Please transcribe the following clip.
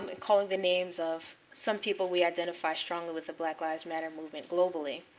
um and calling the names of some people we identify strongly with the black lives matter movement globally.